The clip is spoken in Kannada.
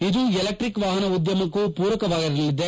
ಇದು ಎಲೆಕ್ಸಿಕ್ ವಾಹನ ಉದ್ದಮಕ್ಕೂ ಪೂರಕವಾಗಿರಲಿದೆ